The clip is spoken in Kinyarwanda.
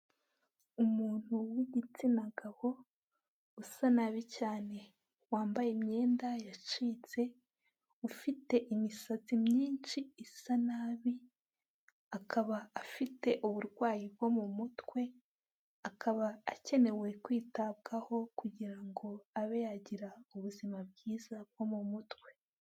Umuntu w'igitsina gabo usa nabi cyane wambaye imyenda yacitse, ufite imisatsi myinshi isa nabi. Akaba afite uburwayi bwo mu mutwe, akaba akenewe kwitabwaho kugira ngo abe yagira ubuzima bwiza bwo mu mutwe.